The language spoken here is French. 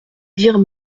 dire